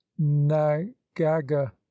Nagaga